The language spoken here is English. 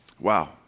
Wow